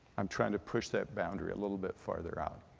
i'm trying to push that boundary a little bit farther out.